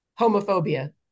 homophobia